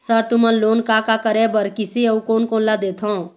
Sir तुमन loan का का करें बर, किसे अउ कोन कोन ला देथों?